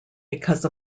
because